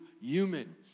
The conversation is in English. human